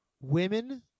Women